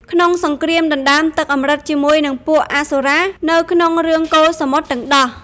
ក្នុងសង្គ្រាមដណ្តើមទឹកអម្រឹតជាមួយនឹងពួកអសុរា នៅក្នុងរឿងកូរសមុទ្រទឹកដោះ។